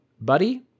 Buddy